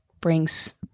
brings